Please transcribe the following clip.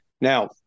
Now